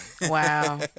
Wow